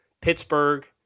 Pittsburgh